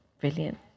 brilliant